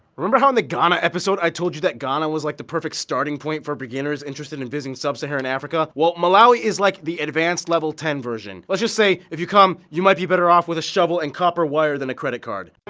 remember how in the ghana episode, i told you that ghana was like the perfect starting point for beginners interested in visiting sub-saharan africa? well, malawi is like the advanced level ten version. let's just say if you come, you might be better off with a shovel and copper wire than a credit card.